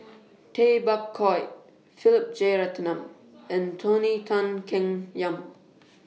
Tay Bak Koi Philip Jeyaretnam and Tony Tan Keng Yam